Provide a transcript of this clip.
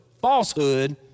falsehood